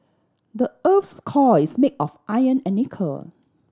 the earth's core is made of iron and nickel